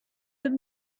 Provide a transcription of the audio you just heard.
but